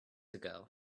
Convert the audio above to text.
ago